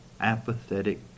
apathetic